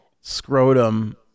scrotum